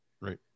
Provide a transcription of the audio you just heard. right